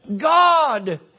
God